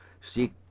seek